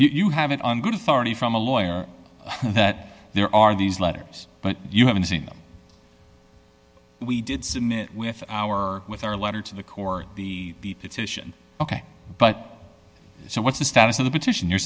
you have it on good authority from a lawyer that there are these letters but you haven't seen them we did submit with our with our letter to the court the petition ok but so what's the status of the petition you're